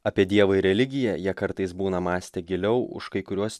apie dievą ir religiją jie kartais būna mąstę giliau už kai kuriuos